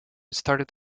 started